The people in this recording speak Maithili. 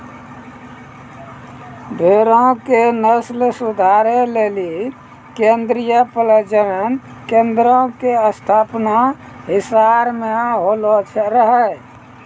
भेड़ो के नस्ल सुधारै लेली केन्द्रीय प्रजनन केन्द्रो के स्थापना हिसार मे होलो रहै